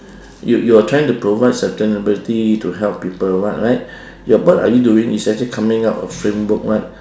you you're trying to provide sustainability to help people what right what are you doing is actually coming up a framework right